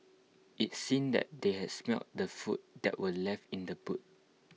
IT seemed that they had smelt the food that were left in the boot